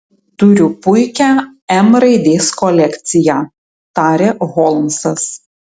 turiu puikią m raidės kolekciją tarė holmsas